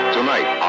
Tonight